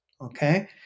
okay